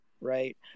right